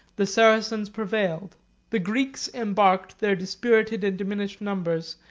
the saracens prevailed the greeks embarked their dispirited and diminished numbers,